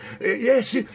Yes